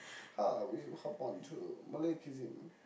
how about we hop on to Malay cuisine